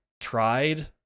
tried